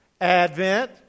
Advent